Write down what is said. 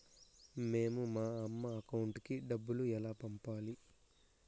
మేము మా అమ్మ అకౌంట్ కి డబ్బులు ఎలా పంపాలి